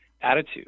attitude